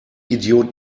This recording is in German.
idiot